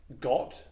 got